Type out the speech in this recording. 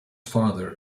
father